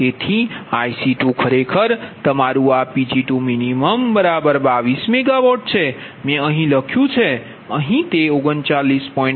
તેથી IC2 ખરેખર તમારું આ Pg2min22MW છે મેં અહીં લખ્યું છે અને અહીં તે 39